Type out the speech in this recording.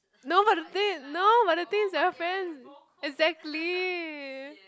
no but the thing no but the thing is they're friends exactly